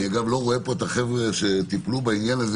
אני לא רואה פה את החבר'ה שטיפלו בעניין הזה